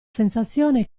sensazione